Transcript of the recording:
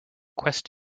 quest